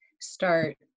start